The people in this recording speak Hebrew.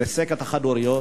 ריסק את החד-הוריות.